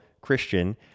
Christian